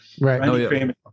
right